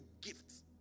gifts